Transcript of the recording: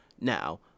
now